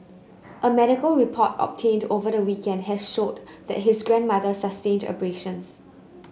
a medical report obtained over the weekend had showed that his grandmother sustained abrasions